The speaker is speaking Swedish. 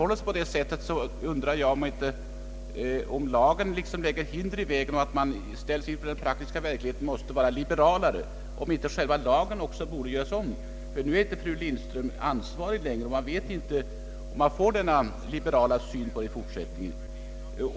Men om det förhåller sig så, att lagen lägger hinder i vägen och man måste vara liberalare än lagen är, då kanske också lagen borde göras om, Nu är inte längre fru Lindström ansvarig, och man vet inte om man då får detta liberalare synsätt i fortsättningen.